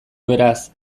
beraz